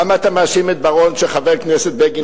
למה אתה מאשים את בר-און כשהשר בגין התחיל?